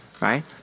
right